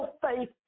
faith